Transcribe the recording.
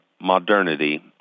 modernity